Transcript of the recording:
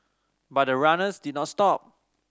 but the runners did not stop